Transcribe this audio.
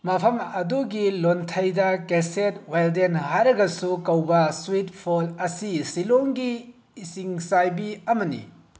ꯃꯐꯝ ꯑꯗꯨꯒꯤ ꯂꯣꯟꯊꯩꯗ ꯀꯦꯁꯦꯠ ꯋꯦꯜꯗꯦꯟ ꯍꯥꯏꯔꯒꯁꯨ ꯀꯧꯕ ꯁ꯭ꯋꯤꯠ ꯐꯣꯜ ꯑꯁꯤ ꯁꯤꯜꯂꯣꯡꯒꯤ ꯏꯁꯤꯡ ꯆꯥꯏꯕꯤ ꯑꯃꯅꯤ